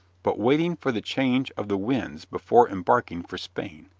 but waiting for the change of the winds before embarking for spain.